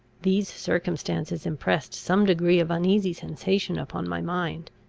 these circumstances impressed some degree of uneasy sensation upon my mind.